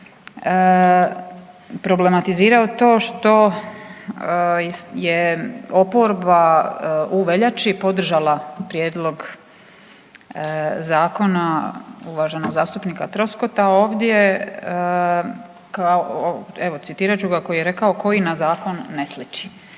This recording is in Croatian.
problematizirao to što je oporba u veljači podržala prijedlog zakona uvaženog zastupnika Troskota ovdje kao, evo citirat ću ga koji je rekao koji na zakon ne sliči.